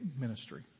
ministry